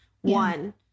One